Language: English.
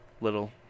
little